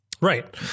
Right